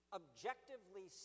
objectively